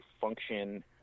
function